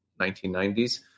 1990s